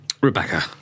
Rebecca